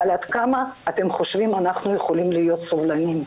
אבל עד כמה אתם חושבים שאנחנו יכולים להיות סובלניים,